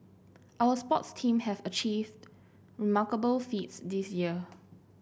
our sports team have achieved remarkable feats this year